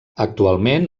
actualment